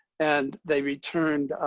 and they returned